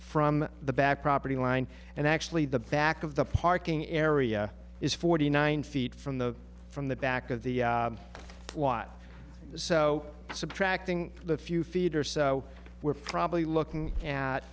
from the back property line and actually the back of the parking area is forty nine feet from the from the back of the wild so subtracting the few feet or so we're probably looking at